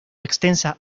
extensa